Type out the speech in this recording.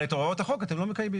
אבל את הוראות החוק אתם לא מקיימים.